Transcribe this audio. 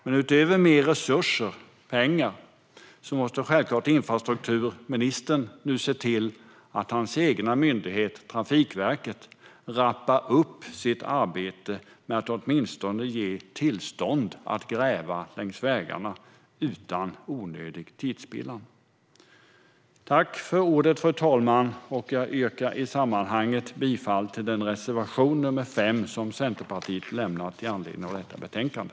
Men utöver mer resurser i form av pengar måste infrastrukturministern självklart se till att hans myndighet Trafikverket rappar på med arbetet att utan onödig tidsspillan ge tillstånd att gräva längs vägarna. Fru talman! Jag yrkar bifall till Centerpartiets reservation nr 5 i detta betänkande.